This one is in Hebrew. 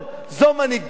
זו מנהיגות?